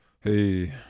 hey